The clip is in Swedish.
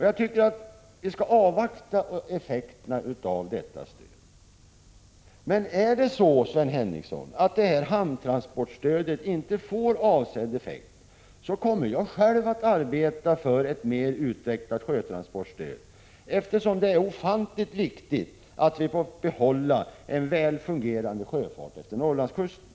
Jag tycker att vi skall avvakta effekterna av detta stöd. Om hamntransportstödet inte får avsedd effekt, Sven Henricsson, kommer jag själv att arbeta för att få till stånd ett mer utvecklat sjötransportstöd. Det är ju ofantligt viktigt att vi får behålla en väl fungerande sjöfart efter Norrlandskusten.